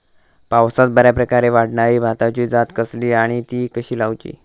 पावसात बऱ्याप्रकारे वाढणारी भाताची जात कसली आणि ती कशी लाऊची?